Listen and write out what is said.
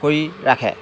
কৰি ৰাখে